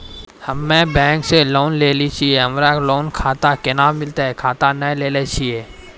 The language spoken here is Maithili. हम्मे बैंक से लोन लेली छियै हमरा लोन खाता कैना मिलतै खाता नैय लैलै छियै?